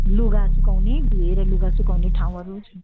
लुगा सुकाउने धोएर लुगा सुकाउने ठाउँहरू